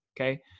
Okay